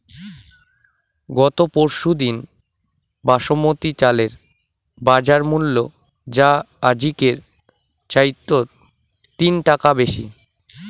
গত পরশুদিন বাসমতি চালের বাজারমূল্য যা আজিকের চাইয়ত তিন টাকা বেশি